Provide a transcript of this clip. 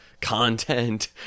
content